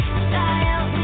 style